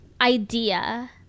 idea